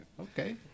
Okay